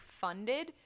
funded